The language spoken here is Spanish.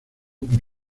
por